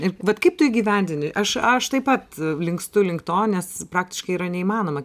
ir vat kaip tu įgyvendini aš aš taip pat linkstu link to nes praktiškai yra neįmanoma